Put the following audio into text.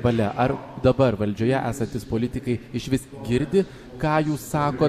valia ar dabar valdžioje esantys politikai išvis girdi ką jūs sakot